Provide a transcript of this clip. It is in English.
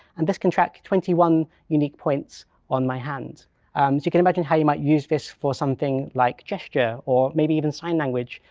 and this can track twenty one unique points on my hand. so you can imagine how you might use this for something like gesture or maybe even sign language.